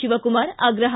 ಶಿವಕುಮಾರ್ ಆಗ್ರಹ